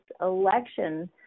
election